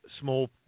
small